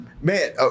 Man